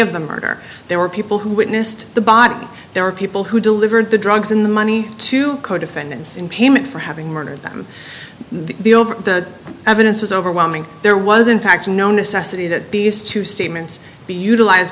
of the murder there were people who witnessed the body there were people who delivered the drugs in the money to co defendants in payment for having murdered them the over the evidence was overwhelming there was in fact no necessity that these two statements be utilize